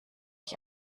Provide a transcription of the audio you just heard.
ich